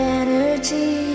energy